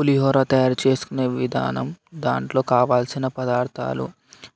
పులిహోర తయారు చేసుకునే విధానం దాంట్లో కావాల్సిన పదార్థాలు